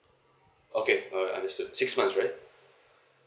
okay alright understood six month right